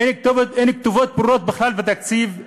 אין כתובות ברורות בכלל בתקציב.